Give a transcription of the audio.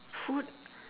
food